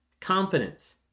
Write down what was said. confidence